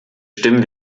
stimmen